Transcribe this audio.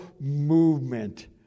movement